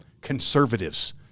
conservatives